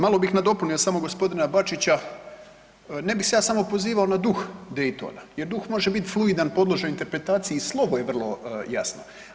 Malo bih nadopunio samo gospodina Bačića, ne bih se ja samo pozivao na duh Daytona jer duh može biti fluidan, podložan interpretaciji, slovo je vrlo jasno.